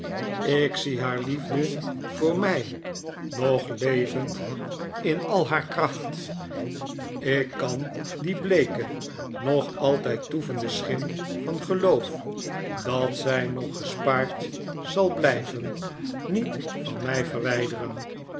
ik zie haar liefde voor mij nog levend in al haar kracht ik kan die bleeke nog altijd toevende schim van geloof dat zij nog gespaard zal blijven niet van mij verwijderen